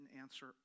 answer